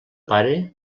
pare